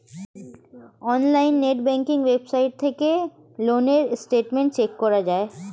অনলাইনে net banking website থেকে loan এর স্টেটমেন্ট চেক করা যায়